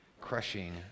crushing